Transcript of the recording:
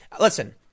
Listen